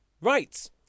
Right